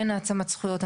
אין העצמת זכויות,